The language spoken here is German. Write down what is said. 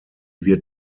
wird